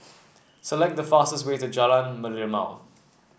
select the fastest way to Jalan Merlimau